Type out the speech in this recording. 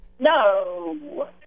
No